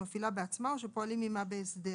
מפעילה בעצמה או שפועלים עימה בהסדר,